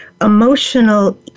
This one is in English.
emotional